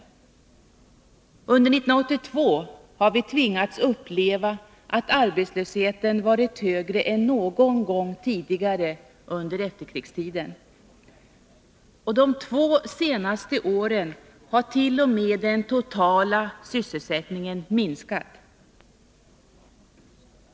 Under 1982 har vi tvingats uppleva att arbetslösheten varit högre än någon gång tidigare under efterkrigstiden. De två senaste åren har t.o.m. den totala sysselsättningen minskat.